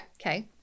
Okay